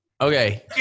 Okay